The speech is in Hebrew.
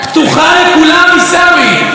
פתוחה לכולם, עיסאווי.